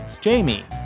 Jamie